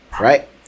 right